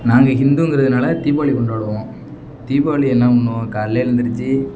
நாங்கள் ஹிந்துங்கிறதுனால தீபாவளி கொண்டாடுவோம் தீபாவளி என்ன பண்ணுவோம் காலைலே எழுந்திரிச்சி